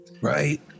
right